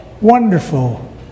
Wonderful